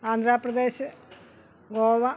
Andhra Pradesh Goa